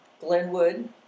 Glenwood